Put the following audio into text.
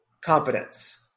competence